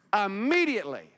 Immediately